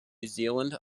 zealand